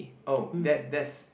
oh that there's